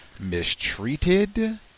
mistreated